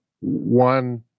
One